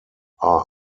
are